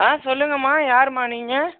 ஆ சொல்லுங்கம்மா யாருமா நீங்கள்